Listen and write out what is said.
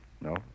No